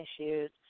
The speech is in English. issues